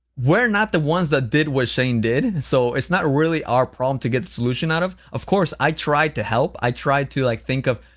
we're not the ones that did what shane did so it's not really our problem to get the solution out of. of course, i tried to help, i tried to, like, think of,